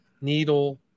needle